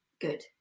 good